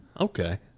Okay